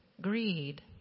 greed